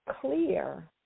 clear